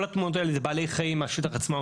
כל התמונות האלה זה בעלי חיים מהשטחים עצמם,